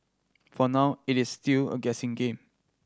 for now it is still a guessing game